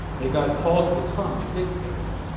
may god palsy the tongue that dictated it.